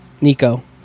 Nico